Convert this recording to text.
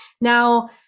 Now